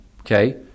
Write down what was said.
okay